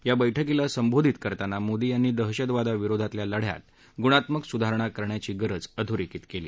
या बैठकीला संबंधित करताना मोदी यांनी दहशतवादा विरोधातल्या लढ्यात गुणात्मक सुधारणा करण्याची गरज अधोरेखित केली